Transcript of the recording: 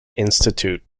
institute